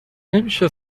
نمیشه